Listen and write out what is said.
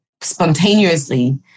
spontaneously